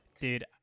dude